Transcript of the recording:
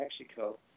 Mexico